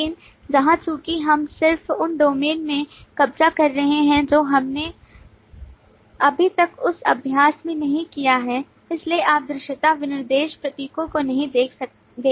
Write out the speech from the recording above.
लेकिन यहाँ चूंकि हम सिर्फ उस डोमेन से कब्जा कर रहे हैं जो हमने अभी तक उस अभ्यास में नहीं किया है इसलिए आप दृश्यता विनिर्देश प्रतीकों को नहीं देखते हैं